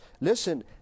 listen